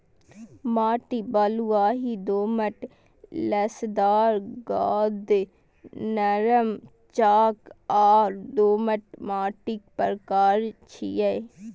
माटि बलुआही, दोमट, लसदार, गाद, नरम, चाक आ दोमट माटिक प्रकार छियै